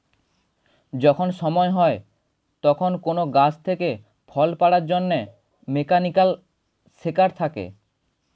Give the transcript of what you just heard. যখন সময় হয় তখন কোন গাছ থেকে ফল পাড়ার জন্যে মেকানিক্যাল সেকার থাকে